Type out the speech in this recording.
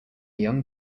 young